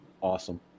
awesome